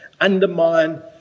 undermine